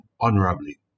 honorably